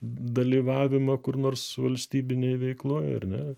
dalyvavimą kur nors valstybinėj veikloj ar ne